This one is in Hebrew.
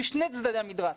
משני צדדי המתרס.